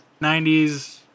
90s